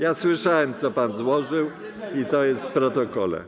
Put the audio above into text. Ja słyszałem, co pan złożył, i to jest w protokole.